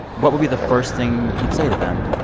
what would be the first thing you'd say to them?